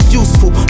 useful